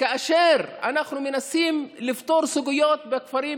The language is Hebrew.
כאשר אנחנו מנסים לפתור סוגיות בכפרים